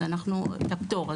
את הפטור,